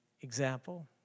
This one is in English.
example